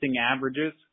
averages